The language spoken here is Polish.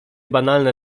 banalne